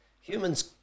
Humans